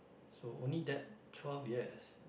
so only that twelve years